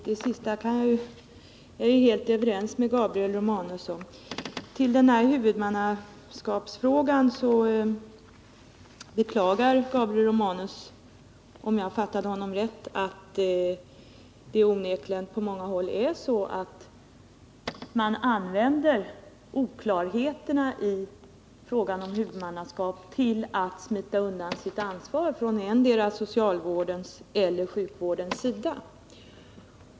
Herr talman! Det sista är jag helt överens med Gabriel Romanus om. Vad beträffar huvudmannaskapsfrågan beklagar Gabriel Romanus, om jag fattade honom rätt, att det onekligen på många håll är så att man använder oklarheter i fråga om huvudmannaskap till att smita undan sitt ansvar från endera socialvårdens eller sjukvårdens sida.